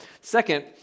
Second